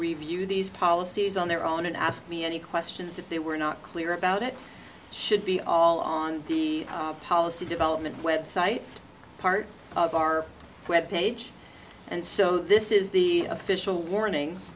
review these policies on their own and ask me any questions if they were not clear about it should be on the policy development website part of our web page and so this is the official warning